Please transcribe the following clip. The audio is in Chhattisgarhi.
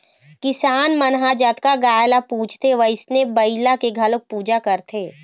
किसान मन ह जतका गाय ल पूजथे वइसने बइला के घलोक पूजा करथे